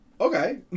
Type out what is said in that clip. Okay